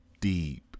deep